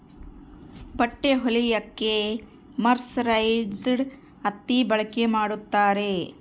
ಬಟ್ಟೆ ಹೊಲಿಯಕ್ಕೆ ಮರ್ಸರೈಸ್ಡ್ ಹತ್ತಿ ಬಳಕೆ ಮಾಡುತ್ತಾರೆ